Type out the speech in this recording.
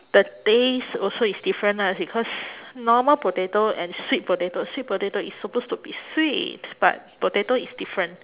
the taste also is different ah because normal potato and sweet potato sweet potato is supposed to be sweet but potato is different